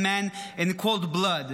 and men in cold blood.